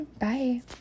Bye